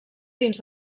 dins